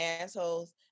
assholes